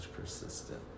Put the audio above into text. persistent